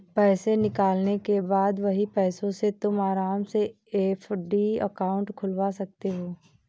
पैसे निकालने के बाद वही पैसों से तुम आराम से एफ.डी अकाउंट खुलवा सकते हो